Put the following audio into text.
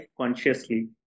consciously